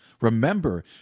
Remember